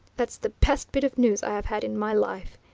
that's the best bit of news i have had in my life,